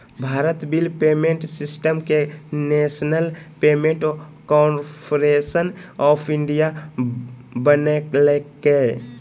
Bharat bill payment system के national payments corporation of India बनैल्कैय